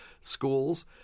schools